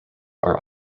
are